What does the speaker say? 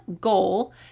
goal